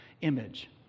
image